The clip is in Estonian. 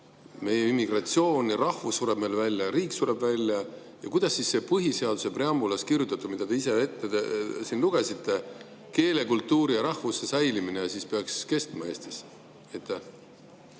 on immigratsioon, rahvus sureb meil välja, riik sureb välja. Kuidas siis see põhiseaduse preambulis kirjutatu, mille te ise ette lugesite – keele, kultuuri ja rahvuse säilimine –, peaks kestma Eestis?